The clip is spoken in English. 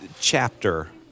chapter